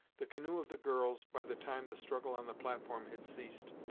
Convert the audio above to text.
the canoe of the girls, by the time the struggle on the platform had ceased,